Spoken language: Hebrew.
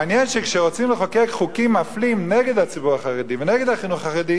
מעניין שכשרוצים לחוקק חוקים מפלים נגד הציבור החרדי ונגד החינוך החרדי,